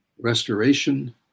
restoration